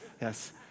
yes